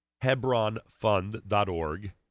Hebronfund.org